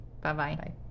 bye-bye